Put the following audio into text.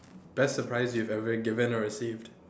best surprise you've ever given or received